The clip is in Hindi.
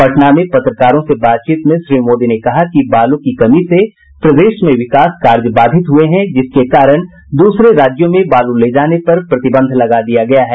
पटना से पत्रकारों से बातचीत में श्री मोदी ने कहा कि बालू की कमी से प्रदेश में विकास कार्य बाधित हुये हैं जिसके कारण दूसरे राज्यों में बालू ले जाने पर प्रतिबंध लगा दिया गया है